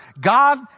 God